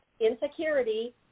insecurity